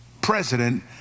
president